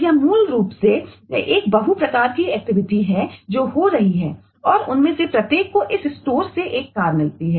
यह एक कार मिलती है